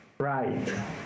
right